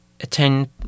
attend